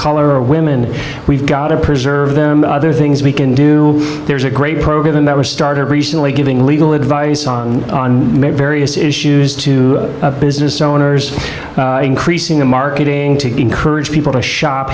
color women we've got to preserve them other things we can do there's a great program that was started recently giving legal advice on various issues to a business owners increasing the marketing to encourage people to shop